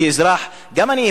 גם אני,